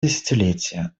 десятилетия